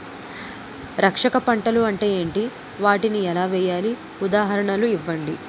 రక్షక పంటలు అంటే ఏంటి? వాటిని ఎలా వేయాలి? ఉదాహరణలు ఇవ్వండి?